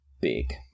big